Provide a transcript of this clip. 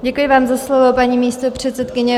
Děkuji vám za slovo, paní místopředsedkyně.